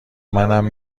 منم